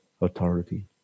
authority